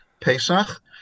Pesach